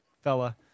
fella